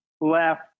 left